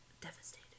devastated